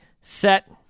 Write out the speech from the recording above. set